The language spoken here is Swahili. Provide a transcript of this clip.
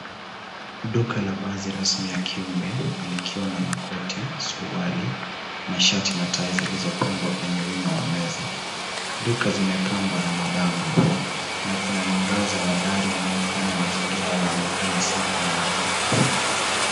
Duka la vazi rasmi ya kiume likiwa na makoti, suruali, mashati na tai zilizopangwa kwenye wima wa meza. Duka zimepambwa na mabango na kuna mwangaza wa dari unaofanya mazingira yaonekane safi na nadhifu.